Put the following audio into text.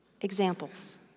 examples